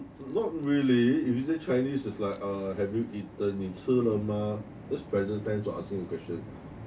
not really if you say chinese is like uh have you eaten 你吃了吗 that's present tense what asking a question